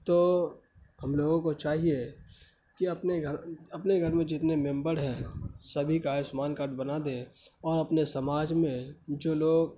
تو ہم لوگوں کو چاہیے کہ اپنے گھر اپنے گھر میں جتنے ممبر ہیں سبھی کا آیوسمان کارڈ بنا دیں اور اپنے سماج میں جو لوگ